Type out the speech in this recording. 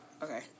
okay